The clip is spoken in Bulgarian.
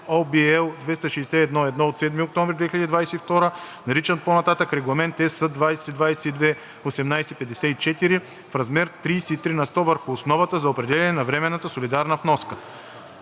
2022 г.), наричан по-нататък „Регламент (ЕС) 2022/1854“ в размер 33 на сто върху основата за определяне на временната солидарна вноска.